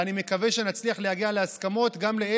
ואני מקווה שנצליח להגיע להסכמות גם בנוגע